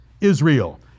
Israel